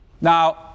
Now